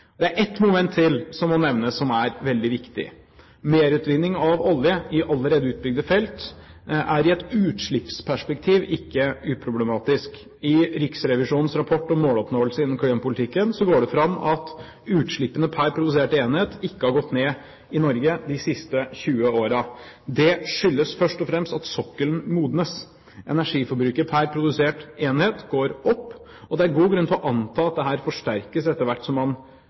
Det er et moment til som må nevnes, som er viktig. Merutvinning av olje i allerede utbygde felt er i et utslippsperspektiv ikke uproblematisk. I Riksrevisjonens rapport om måloppnåelse innen klimapolitikken går det fram at utslippene per produserte enhet ikke har gått ned i Norge de siste 20 årene. Dette skyldes først og fremst at sokkelen modnes. Energiforbruket per produserte enhet går opp, og det er god grunn til å anta at dette forsterkes etter hvert som man